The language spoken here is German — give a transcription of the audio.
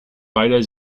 beider